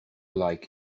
like